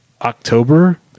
October